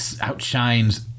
outshines